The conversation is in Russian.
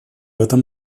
этом